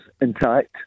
intact